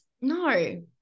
No